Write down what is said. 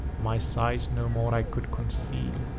my sighs no more i could conceal.